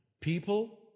people